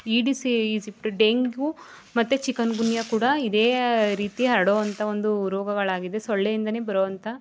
aedes aegypti dengue ಮತ್ತೆ chikungunya ಇದೇ ರೀತಿ ಹರಡುವಂಥ ಒಂದು ರೋಗಗಳಾಗಿದೆ ಸೊಳ್ಳೆ ಇಂದನೆ ಬರೋವಂಥ